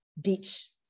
ditch